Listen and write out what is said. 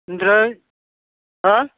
ओमफ्राय हा